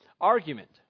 argument